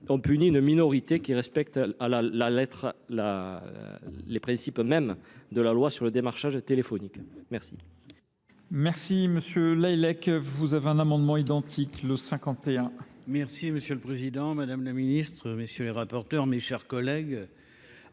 ont puni une minorité qui respecte les principes mêmes de la loi sur le démarchage téléphonique. Merci.